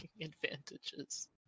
advantages